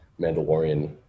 mandalorian